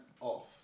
off